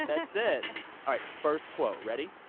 that's it all right. first quote ready?